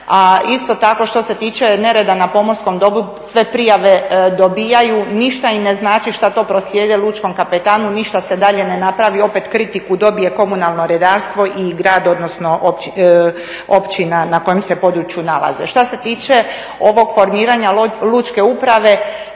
isto tako što se tiče nereda na pomorskom dobru sve prijave dobivaju, ništa im ne znači što to proslijede lučkom kapetanu, ništa se dalje ne napravi i opet kritiku dobije komunalno redarstvo i grad, odnosno općina kojem se području nalaze. Što se tiče ovog formiranja lučke uprave